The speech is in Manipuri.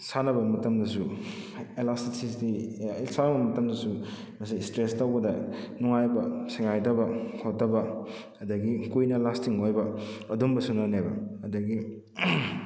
ꯁꯥꯟꯅꯕ ꯃꯇꯝꯗꯁꯨ ꯑꯦꯂꯥꯁꯇꯤꯁꯁꯤꯁꯗꯤ ꯃꯇꯝꯗꯁꯨ ꯉꯁꯥꯏ ꯏꯁꯇ꯭ꯔꯦꯠꯆ ꯇꯧꯕꯗ ꯅꯨꯉꯥꯏꯕ ꯁꯦꯒꯥꯏꯗꯕ ꯈꯣꯠꯇꯕ ꯑꯗꯨꯗꯒꯤ ꯀꯨꯏꯅ ꯂꯥꯁꯇꯤꯡ ꯑꯣꯏꯕ ꯑꯗꯨꯒꯨꯝꯕꯁꯨꯅꯅꯦꯕ ꯑꯗꯨꯗꯒꯤ